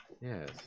Yes